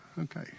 okay